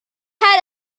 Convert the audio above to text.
had